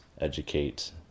educate